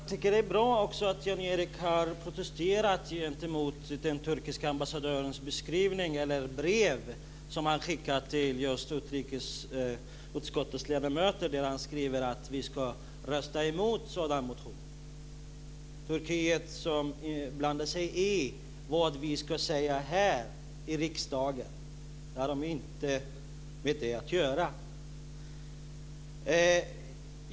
Fru talman! Jag tycker att det är bra att Jan Erik har protesterat mot den turkiske ambassadörens brev som han har skickat till utrikesutskottets ledamöter, där han skriver att vi ska rösta emot en sådan motion. Turkiet blandar sig i vad vi ska säga här i riksdagen när de inte har något med det att göra.